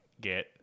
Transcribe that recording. get